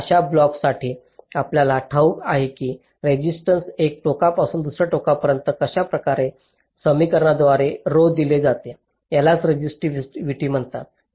आता अशा ब्लॉकसाठी आपल्याला ठाऊक असेल की रेसिस्टन्स एका टोकापासून दुसऱ्या टोकापर्यंत अशा समीकरणाद्वारे दिले जाते यालाच रेसिस्टिव्हिटी म्हणतात